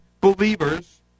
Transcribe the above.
believers